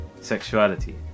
sexuality